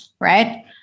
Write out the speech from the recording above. right